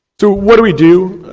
so what are we do?